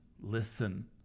listen